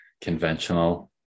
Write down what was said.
conventional